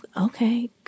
okay